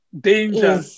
danger